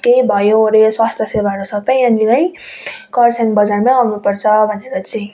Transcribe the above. केही भयोओऱ्यो स्वास्थ्य सेवाहरू सबै यहाँनिरै कर्सियङ बजारमै आउनुपर्छ भनेर चाहिँ